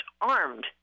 armed